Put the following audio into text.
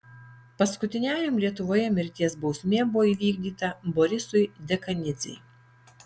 paskutiniajam lietuvoje mirties bausmė buvo įvykdyta borisui dekanidzei